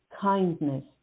kindness